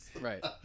right